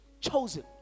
chosen